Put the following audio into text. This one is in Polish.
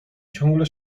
ciągle